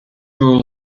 rule